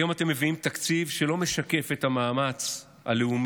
היום אתם מביאים תקציב שלא משקף את המאמץ הלאומי,